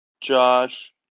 Josh